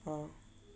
uh